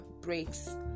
breaks